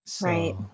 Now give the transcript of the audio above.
Right